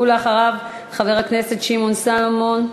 אחריו, חבר הכנסת שמעון סולומון,